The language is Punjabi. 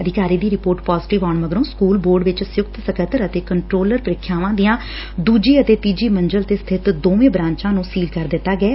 ਅਧਿਕਾਰੀ ਦੀ ਰਿਪੋਰਟ ਪਾਜ਼ੇਟਿਵ ਆਉਣ ਮਗਰੋਂ ਸਕੁਲ ਬੋਰਡ ਵਿਚ ਸੰਯੁਕਤ ਸਕੱਤਰ ਅਤੇ ਕੰਟਰੋਲਰ ਪ੍ਰੀਖਿਆਵਾਂ ਦੀਆਂ ਦੁਜੀ ਅਤੇ ਤੀਜੀ ਮੰਜ਼ਿਲ ਤੇ ਸਬਿਤ ਦੋਵੇ ਬੁਾਂਚਾਂ ਨੂੰ ਸੀਲ ਕਰ ਦਿੱਤਾ ਗਿਐ